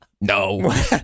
no